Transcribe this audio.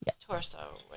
torso